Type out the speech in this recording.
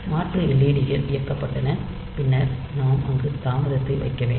மாற்று led கள் இயக்கப்பட்டன பின்னர் நாம் அங்கு தாமதத்தை வைக்க வேண்டும்